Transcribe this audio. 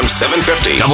750